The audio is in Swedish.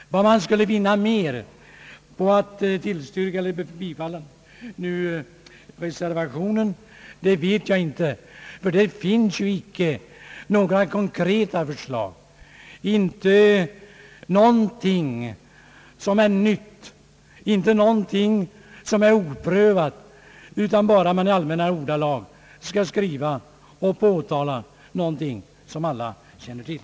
Vad man därutöver skulle vinna på att bifalla reservationen vet jag inte — där finns ju inga konkreta förslag, ingenting som är nytt eller oprövat; man vill bara i allmänna ordalag skriva och påtala någonting som alla känner till.